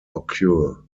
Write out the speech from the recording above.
occur